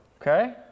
Okay